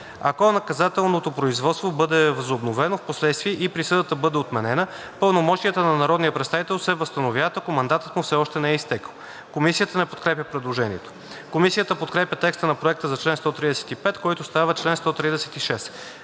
„Ако наказателното производство бъде възобновено впоследствие и присъдата бъде отменена, пълномощията на народния представител се възстановяват, ако мандатът му все още не е изтекъл.“ Комисията не подкрепя предложението. Комисията подкрепя текста на Проекта за чл. 135, който става чл. 136,